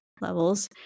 levels